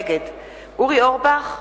נגד אורי אורבך,